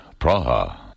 Praha